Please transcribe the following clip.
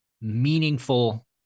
meaningful